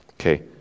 Okay